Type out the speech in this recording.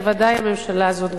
ובוודאי גם הממשלה הזאת,